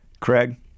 Craig